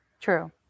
True